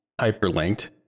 hyperlinked